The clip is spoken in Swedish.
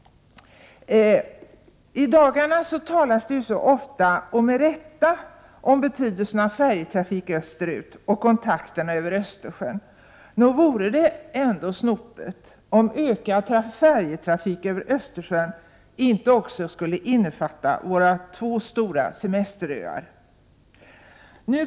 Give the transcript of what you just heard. I dagarna talas det ofta — och med rätta — om betydelsen av färjetrafik österut och kontakterna över Östersjön. Det vore ändå snopet om ökad färjetrafik över Östersjön inte skulle innefatta våra två stora semesteröar.